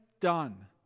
done